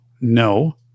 no